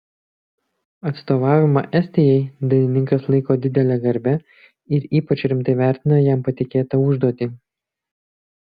atstovavimą estijai dainininkas laiko didele garbe ir ypač rimtai vertina jam patikėtą užduotį